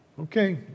okay